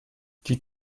die